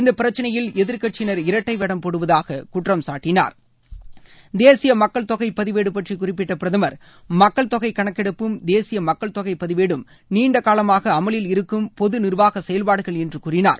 இந்த பிரச்சினையில் எதிர்க்கட்சியினர் இரட்டை வேடம் போடுவதாக குற்றம்சாட்டினார் தேசிய மக்கள் தொகை பதிவேடு பற்றி குறிப்பிட்ட பிரதமர் மக்கள் தொகை கணக்கெடுப்பும் தேசிய மக்கள் தொகை பதிவேடும் நீண்டகாலமாக அமலில் இருக்கும் பொது நீர்வாக செயல்பாடுகள் என்று கூறினார்